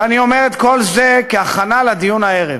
ואני אומר את כל זה כהכנה לדיון הערב,